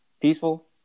peaceful